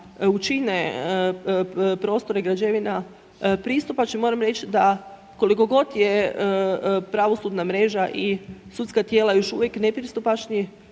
učine prostor i građevina pristupačnim, moram reć da koliko god je pravosudna mreža i sudska tijela još uvijek nepristupačni,